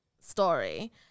story